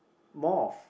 more of